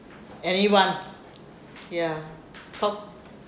anyone ya talk